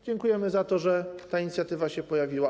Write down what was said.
Dziękujemy za to, że ta inicjatywa się pojawiła.